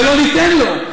ולא ניתן לו.